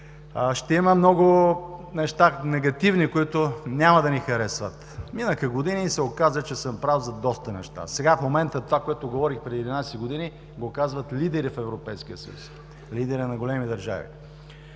Ще има много негативни неща, които няма да ни харесват.“ Минаха години и се оказа, че съм прав за доста неща. Сега, в момента, това, което говорих преди 11 години, го казват лидери в Европейския съюз, лидери на големи държави.